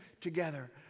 together